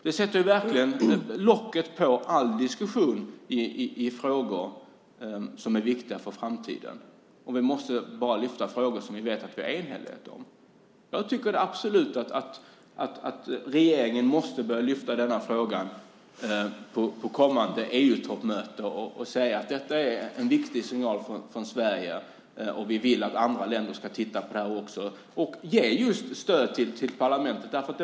Det sätter verkligen locket på all diskussion i frågor som är viktiga för framtiden om vi bara kan lyfta fram frågor som vi vet att vi har enhällighet om. Jag tycker absolut att regeringen måste börja lyfta fram denna fråga på kommande EU-toppmöte och säga: Detta är en viktig signal från Sverige. Vi vill att andra länder också ska titta på det och just ge stöd till parlamentet.